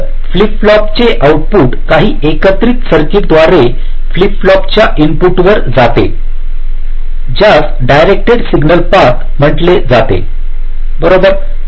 तर फ्लिप फ्लॉपचे आउटपुट काही एकत्रित सर्किटद्वारे फ्लिप फ्लॉपच्या इनपुटवर जाते ज्यास डिरेक्टड सिग्नल पाथ म्हटले जातेबरोबर